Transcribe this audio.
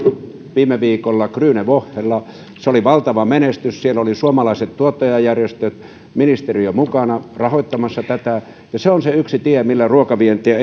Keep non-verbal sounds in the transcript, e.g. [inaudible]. viime viikolla grune wochella se oli valtava menestys siellä oli suomalaiset tuottajajärjestöt ministeriö mukana rahoittamassa tätä se on se yksi tie millä ruokavientiä [unintelligible]